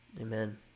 amen